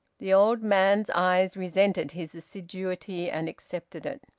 the old man's eyes resented his assiduity and accepted it.